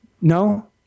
No